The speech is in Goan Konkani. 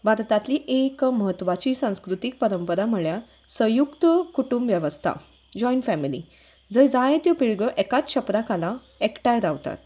भारतांतली एक म्हत्वाची संस्कृतीक परंपरा म्हळ्यार संयुक्त कुटूंब वेवस्था जॉयंट फॅमिली जंय जायत्यो पिळग्यो एकाच छप्परा खाला एकठांय रावतात